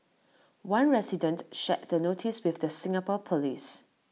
one resident shared the notice with the Singapore Police